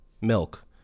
milk